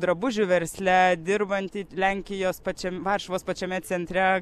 drabužių versle dirbantį lenkijos pačiam varšuvos pačiame centre